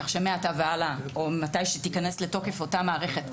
כך שמעתה והלאה או ממתי שתיכנס לתוקף אותה מערכת,